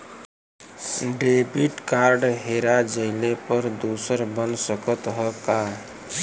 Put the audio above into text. Debit card हेरा जइले पर दूसर बन सकत ह का?